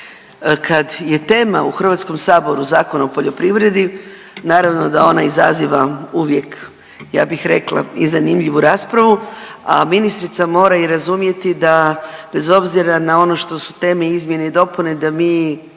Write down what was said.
Kad je tema u HS Zakon o poljoprivredi naravno da ona izaziva uvijek ja bih rekla i zanimljivu raspravu, a ministrica mora i razumjeti da bez obzira na ono što su teme izmjene i dopune da mi